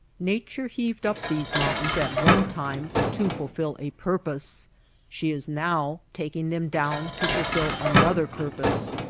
nature heaved up these mountains at one time to fulfil a purpose she is now taking them down to fulfil another purpose.